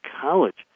college